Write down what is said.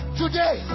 today